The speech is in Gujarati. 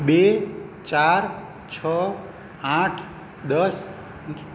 બે ચાર છ આઠ દસ